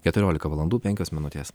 keturiolika valandų penkios minutės